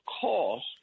cost